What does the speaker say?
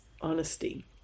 honesty